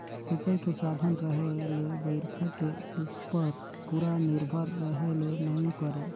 सिंचई के साधन रहें ले बइरखा के उप्पर पूरा निरभर रहे ले नई परे